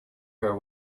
her